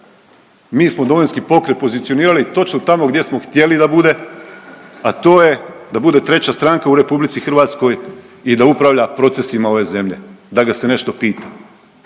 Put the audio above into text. mi smo Domovinski pokret pozicionirali točno tamo gdje smo htjeli da bude, a to je da bude treća stranka u RH i da upravlja procesima ove zemlje, da ga se nešto pita.